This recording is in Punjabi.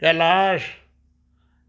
ਕੈਲਾਸ਼